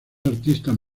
artistas